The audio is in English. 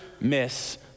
miss